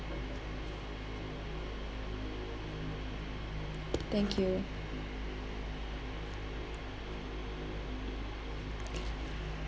thank you